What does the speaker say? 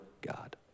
God